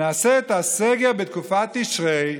נעשה את הסגר בתקופת תשרי.